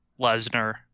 lesnar